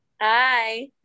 Hi